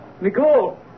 Nicole